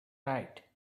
right